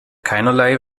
keinerlei